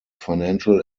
financial